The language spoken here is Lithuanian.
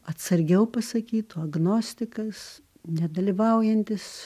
atsargiau pasakytų agnostikas nedalyvaujantis